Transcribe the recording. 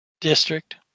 district